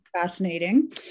fascinating